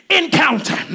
encounter